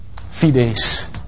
Fides